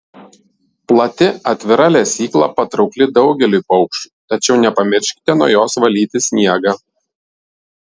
plati atvira lesykla patraukli daugeliui paukščių tačiau nepamirškite nuo jos valyti sniegą